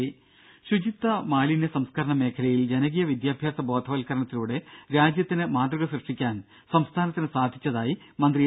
രംഭ ശുചിത്വ മാലിന്യ സംസ്കരണ മേഖലയിൽ ജനകീയ വിദ്യാഭ്യാസ ബോധവൽക്കരണത്തിലൂടെ രാജ്യത്തിന് മാതൃക സൃഷ്ടിക്കാൻ സംസ്ഥാനത്തിനു സാധിച്ചതായി മന്ത്രി എ